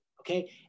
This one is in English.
okay